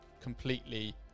completely